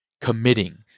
committing